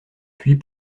puis